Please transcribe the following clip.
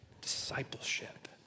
Discipleship